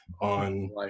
on